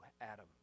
Adam